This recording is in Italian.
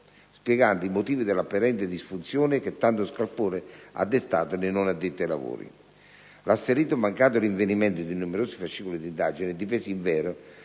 spiegando i motivi dell'apparente disfunzione che tanto scalpore ha destato nei non addetti ai lavori. L'asserito mancato rinvenimento di numerosi fascicoli di indagine è dipeso, invero,